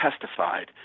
testified